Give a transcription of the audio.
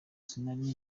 sinari